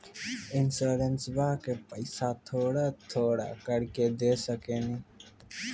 इंश्योरेंसबा के पैसा थोड़ा थोड़ा करके दे सकेनी?